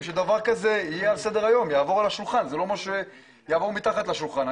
הזה ורוצה שהוא יהיה על שולחן ועל סדר-היום ולא מתחת לשולחן.